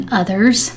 others